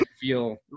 feel